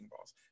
balls